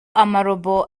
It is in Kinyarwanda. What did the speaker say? amarobo